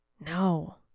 No